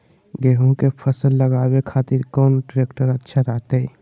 गेहूं के फसल लगावे खातिर कौन ट्रेक्टर अच्छा रहतय?